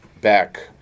back